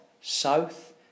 south